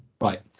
right